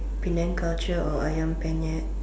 Penang culture or ayam-penyet